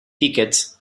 tickets